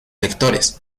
lectores